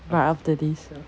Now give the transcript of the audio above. right after this